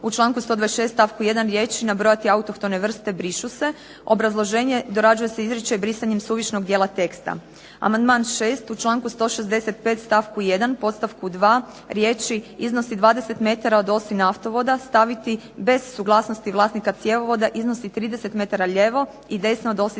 U članku 126. stavku 1. riječi nabrojati autohtone vrste brišu se. Obrazloženje. Dorađuje se izričaj brisanjem suvišnog dijela teksta. Amandman šest, u članku 165. stavku 1. podstavku 2. riječi iznosi 20 metara od osi naftovoda, staviti bez suglasnosti vlasnika cjevovoda iznosi 30 metara lijevo, i desno od osi cjevovoda.